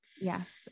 Yes